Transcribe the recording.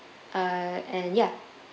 uh and ya